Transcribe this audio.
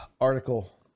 article